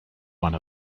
one